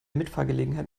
mitfahrgelegenheit